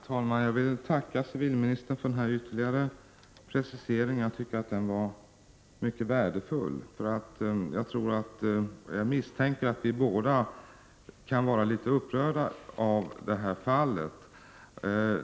Herr talman! Jag vill tacka civilministern för denna ytterligare precisering. Jag tycker att den var mycket värdefull. Jag misstänker att vi båda är litet upprörda över detta fall.